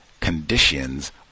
conditions